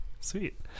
Sweet